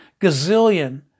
gazillion